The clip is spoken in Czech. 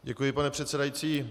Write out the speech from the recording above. Děkuji, pane předsedající.